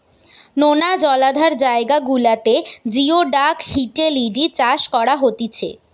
নোনা জলাধার জায়গা গুলাতে জিওডাক হিটেলিডি চাষ করা হতিছে